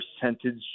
percentage